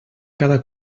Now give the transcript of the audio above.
cada